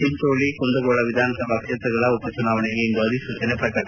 ಚಿಂಚೋಳಿ ಕುಂದಗೋಳ ವಿಧಾನಸಭಾ ಕ್ಷೇತ್ರಗಳ ಉಪಚುನಾವಣೆಗೆ ಇಂದು ಅಧಿಸೂಚನೆ ಪ್ರಕಟ